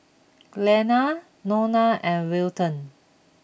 Glenna Nona and Weldon